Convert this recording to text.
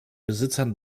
besitzern